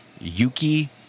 Yuki